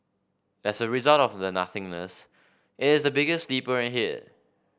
as a result of the nothingness it is the biggest sleeper hit